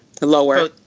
Lower